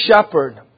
Shepherd